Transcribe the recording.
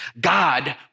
God